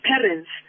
parents